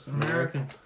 American